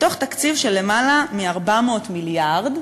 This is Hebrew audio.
מתוך תקציב של למעלה מ-400 מיליארד.